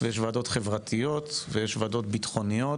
ויש ועדות חברתיות ויש ועדות ביטחוניות,